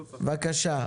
בבקשה.